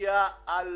טורקיה על